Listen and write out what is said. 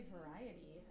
variety